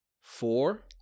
four